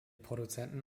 produzenten